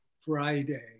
Friday